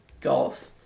golf